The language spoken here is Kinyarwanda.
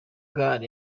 gaal